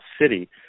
city